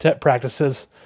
practices